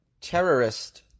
terrorist